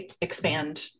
expand